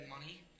money